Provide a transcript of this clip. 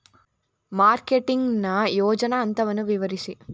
Marketing ನ ಯೋಜನಾ ಹಂತವನ್ನು ವಿವರಿಸಿ?